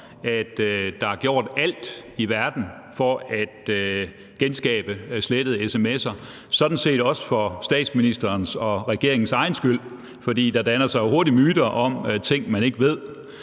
at der er gjort alt i verden for at genskabe de slettede sms'er? Det er sådan set også for statsministerens og regeringens egen skyld, fordi der jo hurtigt danner sig myter om ting, man ikke ved.